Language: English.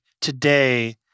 today